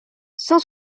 cent